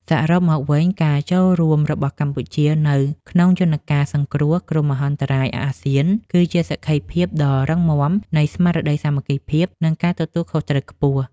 សរុបមកវិញការចូលរួមរបស់កម្ពុជានៅក្នុងយន្តការសង្គ្រោះគ្រោះមហន្តរាយអាស៊ាន គឺជាសក្ខីភាពដ៏រឹងមាំនៃស្មារតីសាមគ្គីភាព និងការទទួលខុសត្រូវខ្ពស់។